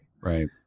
right